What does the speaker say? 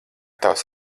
tavas